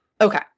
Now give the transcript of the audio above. Okay